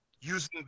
using